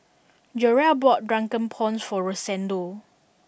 Jerrel bought drunken prawns for Rosendo